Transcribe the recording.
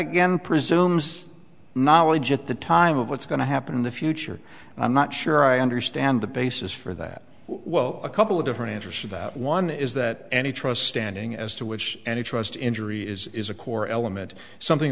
again presumes knowledge at the time of what's going to happen in the future and i'm not sure i understand the basis for that well a couple of different answers to that one is that any trust standing as to which any trust injury is is a core element something